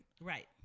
Right